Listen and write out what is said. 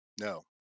No